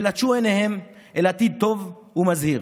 ולטשו עיניהם אל עתיד טוב ומזהיר.